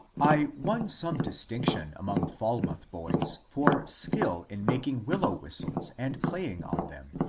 i won some distinction among falmouth boys for skill in making willow whistles and playing on them,